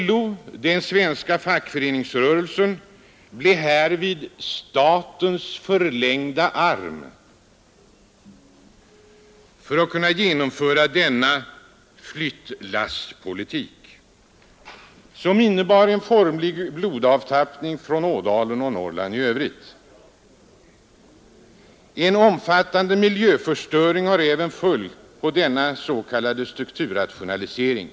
LO — den svenska fackföreningsrörelsen — blev härvid statens förlängda arm för att kunna genomföra denna flyttlasspolitik, som innebar en formlig blodavtappning från Ådalen och Norrland i övrigt. skapa en statlig En omfattande miljöförstöring har även följt på denna s.k. strukturrationalisering.